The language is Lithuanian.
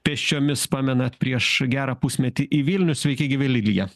pėsčiomis pamenat prieš gerą pusmetį į vilnių sveiki gyvi lilija